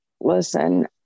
Listen